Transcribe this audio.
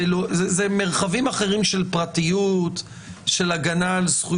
כי ההגדרה של מען דיגיטלי היא לא משהו